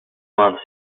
months